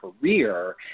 career